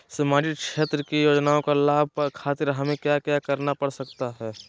सामाजिक क्षेत्र की योजनाओं का लाभ खातिर हमें क्या क्या करना पड़ सकता है?